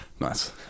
nice